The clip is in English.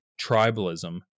tribalism